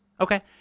Okay